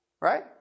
Right